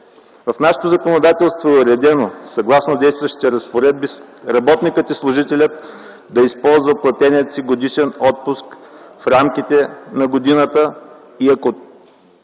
В нашето законодателство е уредено съгласно действащите разпоредби работникът и служителят да използват платения си годишен отпуск в рамките на годината. Ако